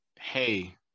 hey